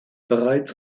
bereits